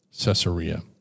Caesarea